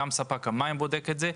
וגם ספק המים בודק את זה.